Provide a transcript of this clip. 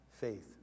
faith